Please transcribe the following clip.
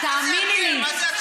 אבל אנחנו שאלנו